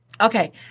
Okay